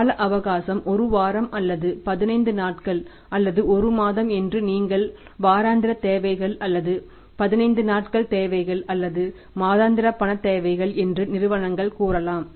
கால அவகாசம் 1 வாரம் அல்லது 15 நாட்கள் அல்லது 1 மாதம் என்று நீங்கள் வாராந்திர தேவைகள் அல்லது பதினைந்து நாட்கள் தேவைகள் அல்லது மாதாந்திர பணத் தேவைகள் என்று நிறுவனங்கள் கூறலாம்